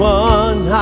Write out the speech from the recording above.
one